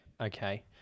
Okay